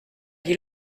dit